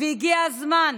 והגיע זמן